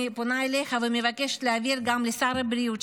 אני פונה אליך ומבקשת להעביר גם לשר הבריאות,